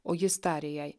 o jis tarė jai